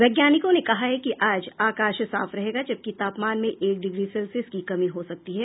वैज्ञानिकों ने कहा कि आज आकाश साफ रहेगा जबकि तापमान में एक डिग्री सेल्सियस की कमी हो सकती है